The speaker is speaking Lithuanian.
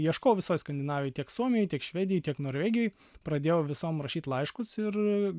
ieškojau visoj skandinavijoj tiek suomijoj tiek švedijoj tiek norvegijoj pradėjau visom rašyt laiškus ir